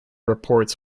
reports